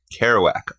Kerouac